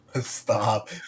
Stop